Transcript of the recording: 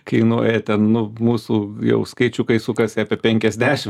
kainuoja ten nu mūsų jau skaičiukai sukasi apie penkiasdešim